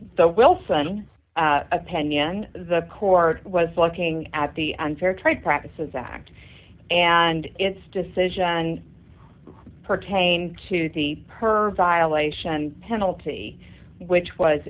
the wilson opinion the court was looking at the unfair trade practices act and its decision and pertains to the per violation penalty which was